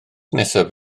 nesaf